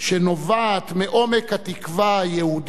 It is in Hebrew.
שנובעת מעומק התקווה היהודית,